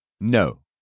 No